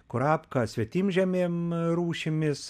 kurapką svetimžemėm rūšimis